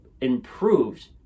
improved